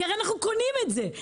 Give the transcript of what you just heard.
כי אנחנו הרי קונים את זה,